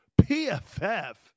PFF